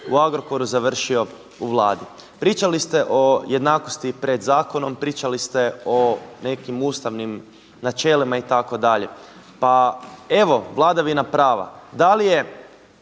u Agrokoru završio u Vladi. Pričali ste o jednakosti pred zakonom, pričali ste o nekim ustavnim načelima itd., pa evo vladavina prava. Da li je